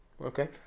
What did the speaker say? Okay